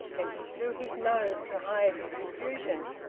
then he blew his nose to hide his confusion.